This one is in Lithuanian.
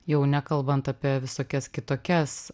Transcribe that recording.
jau nekalbant apie visokias kitokias